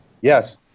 Yes